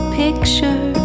picture